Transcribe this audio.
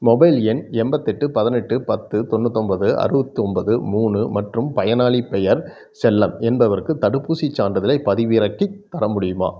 mobile எண் எண்பத்தெட்டு பதினெட்டு பத்து தொண்ணூத்தொம்பது அறுபத்தி ஒம்பது மூணு மற்றும் பயனாளிப் பெயர் செல்லம் என்பவருக்கு தடுப்பூசி சான்றிதழைப் பதிவிறக்கித் தர முடியுமா